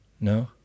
No